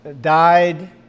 died